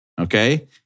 okay